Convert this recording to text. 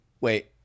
Wait